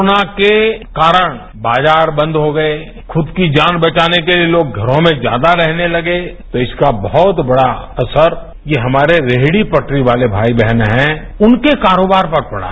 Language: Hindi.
कोरोना के कारण बाजार बंद हो गए खुद की जान बचाने के लिए तोग घरों में ज्यादा रहने लगे तो इसका बहत बढ़ा असर हमारे रेहझी पटरी वाले भाई बहनों के कारोबार पर ही पड़ा